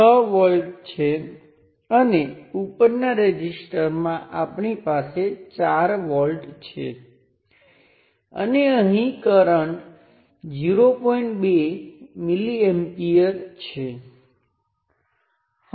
તેથી સર્કિટની અંદરના સ્વતંત્ર સ્ત્રોતો અને જ્યારે અહીં I1 શૂન્ય હોય ત્યારે હું તેને સુપરપોઝિશન તરીકે વિચારું છું અને જ્યારે સર્કિટમાં તમામ સ્વતંત્ર સ્ત્રોતો શૂન્ય છે આ કારણ છે કે મેં અગાઉ સુપરપોઝિશન થિયર્મના અપવાદની ચર્ચા કરી હતી